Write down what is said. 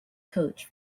coach